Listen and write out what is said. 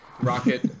Rocket